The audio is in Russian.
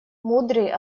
мудрый